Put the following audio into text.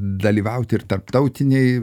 dalyvauti ir tarptautinėj